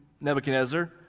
Nebuchadnezzar